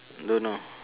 don't know